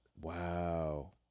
Wow